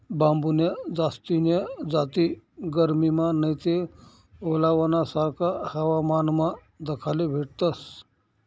बांबून्या जास्तीन्या जाती गरमीमा नैते ओलावाना सारखा हवामानमा दखाले भेटतस